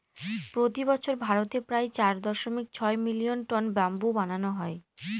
প্রতি বছর ভারতে প্রায় চার দশমিক ছয় মিলিয়ন টন ব্যাম্বু বানানো হয়